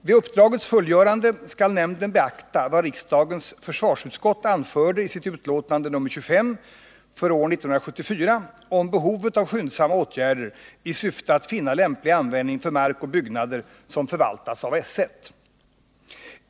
Vid uppdragets fullgörande skall nämnden beakta vad riksdagens försvarsutskott anförde i sitt betänkande nr 25 för år 1974 om behovet av skyndsamma åtgärder i syfte att finna lämplig användning för mark och byggnader som förvaltas av S1.